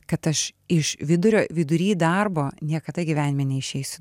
kad aš iš vidurio vidury darbo niekada gyvenime neišeisiu